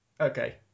Okay